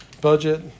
budget